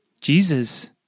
Jesus